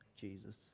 Jesus